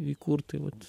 įkurt tai vat